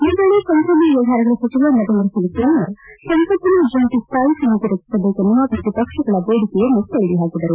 ಈ ವೇಳೆ ಸಂಸದೀಯ ವ್ವವಹಾರಗಳ ಸಚಿವ ನರೇಂದ್ರ ಸಿಂಗ್ ತೋಮರ್ ಸಂಸತ್ತಿನ ಜಂಟಿ ಸ್ವಾಯಿ ಸಮಿತಿ ರಚಿಸಬೇಕೆನ್ನುವ ಪ್ರತಿಪಕ್ಷಗಳ ಬೇಡಿಕೆಯನ್ನು ತಳ್ಳಿ ಹಾಕಿದರು